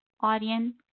audience